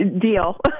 Deal